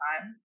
time